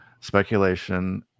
Speculation